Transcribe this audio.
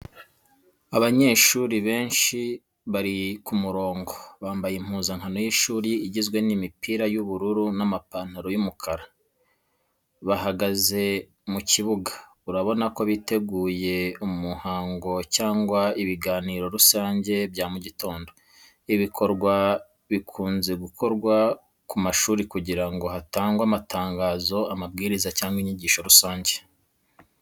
Abanyeshuri benshi bari ku murongo, bambaye impuzankano y’ishuri igizwe n'imipira y'ubururu n'amapantalo y'umukara. Bahagaze mu kibuga, urabona ko biteguye umuhango cyangwa ibiganiro rusange bya mu gitondo. Ibi bikorwa bikunze gukorwa ku mashuri kugira ngo hatangwe amatangazo, amabwiriza cyangwa inyigisho rusange.